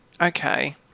Okay